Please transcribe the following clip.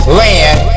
land